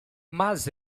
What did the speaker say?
mas